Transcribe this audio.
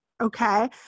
Okay